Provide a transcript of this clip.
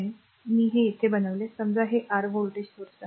समजा मी हे येथे बनविते समजा हे r व्होल्टेज स्त्रोत आहे